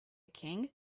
king